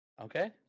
Okay